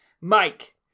Mike